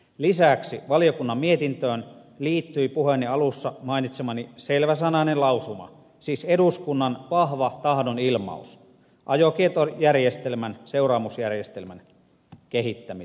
lisäksi valiokunnan mietintöön liittyi puheeni alussa mainitsemani selväsanainen lausuma siis eduskunnan vahva tahdonilmaus ajokieltojärjestelmän seuraamusjärjestelmän kehittämiseksi